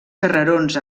carrerons